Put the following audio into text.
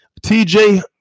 TJ